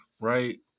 Right